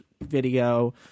video